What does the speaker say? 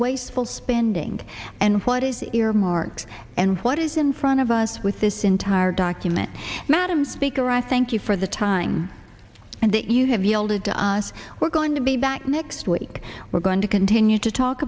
wasteful spending and what is earmarks and what is in front of us with this entire document madam speaker i thank you for the time and that you have yielded to us we're going to be back next week we're going to continue to talk